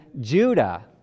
Judah